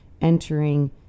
entering